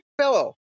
fellow